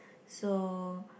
so